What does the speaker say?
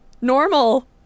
normal